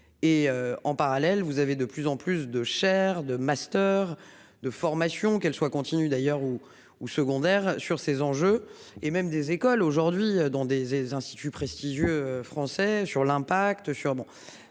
Et en parallèle, vous avez de plus en plus de Chair de master de formations, qu'elle soit, continue d'ailleurs ou ou secondaires sur ces enjeux et même des écoles aujourd'hui dans des instituts prestigieux français sur l'impact.